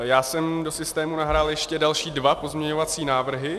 Já jsem do systému nahrál ještě dva další pozměňovací návrhy.